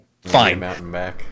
Fine